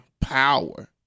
power